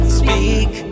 speak